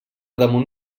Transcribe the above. damunt